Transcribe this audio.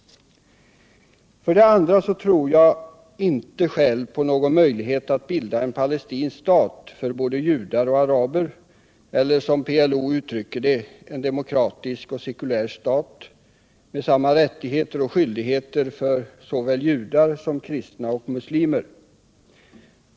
Jag tror inte själv på någon möjlighet att bilda en palestinsk stat för både judar och araber eller, som PLO uttrycker det, en demokratisk och sekulär stat med samma rättigheter och skyldigheter för såväl judar som kristna och muslimer.